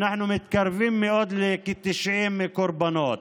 אנחנו מתקרבים מאוד לכ-90 קורבנות.